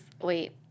Wait